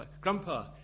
Grandpa